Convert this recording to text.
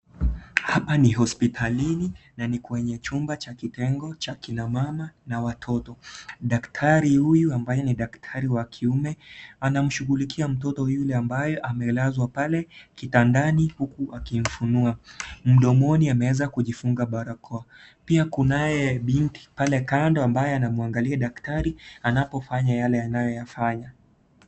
Hapa ni hospitalini na ni kwenye chumba cha kitengo cha kina mama na watoto. Daktari huyu ambaye ni daktari wa kiume, anamshugulikia mtoto yule ambaye amelazwa pale kitandani huku akimfunua. Mdomoni ameweza kijifunga barakoa. Pia kunaye binti pale kando ambaye anamwangalia daktari anapofanya yale anayoyafanya.